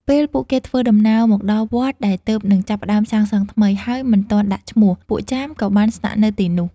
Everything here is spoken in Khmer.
ពេលពួកគេធ្វើដំណើរមកដល់វត្តដែលទើបនឹងចាប់ផ្ដើមសាងសង់ថ្មី ហើយមិនទាន់ដាក់ឈ្មោះ ពួកចាមក៏បានស្នាក់នៅទីនោះ។